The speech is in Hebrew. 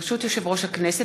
ברשות יושב-ראש הכנסת,